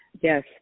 yes